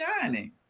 shining